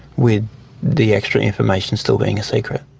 with the extra information still being a secret.